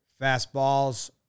Fastballs